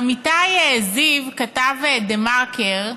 אמיתי זיו, כתב דה-מרקר,